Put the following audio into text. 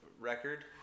record